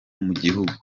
mugihugu